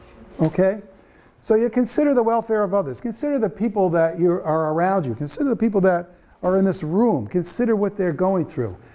okay so you consider the welfare of others, consider the people that are are around you, consider the people that are in this room, consider what they're going through.